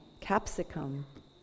capsicum